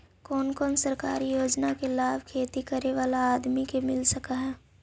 कोन कोन सरकारी योजना के लाभ खेती करे बाला आदमी के मिल सके हे?